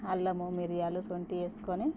అల్లము మిరియాలు శొంఠి వేసుకొని